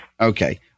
Okay